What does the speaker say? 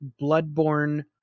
Bloodborne